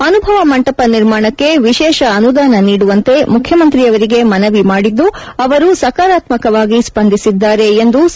ಅನುಭವ ಮಂಟಪ ನಿರ್ಮಣಕ್ಕೆ ವಿಶೇಷ ಅನುದಾನ ನೀಡುವಂತೆ ಮುಖ್ಯಮಂತ್ರಿಯವರಿಗೆ ಮನವಿ ಮಾಡಿದ್ದು ಅವರು ಸಕಾರಾತ್ಸಕವಾಗಿ ಸ್ಪಂದಿಸಿದ್ದಾರೆ ಎಂದು ಸಿ